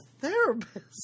therapist